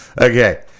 Okay